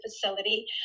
facility